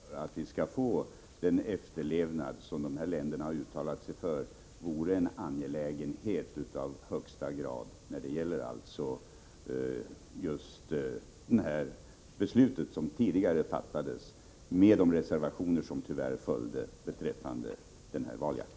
Herr talman! Sverige kommer att verka för att man skall få en efterlevnad av de regler som valfångstkommissionen har uttalat sig för. Det vore en angelägenhet av högsta grad när det gäller just det beslut som tidigare fattades med de reservationer som tyvärr följde beträffande den här valjakten.